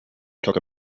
took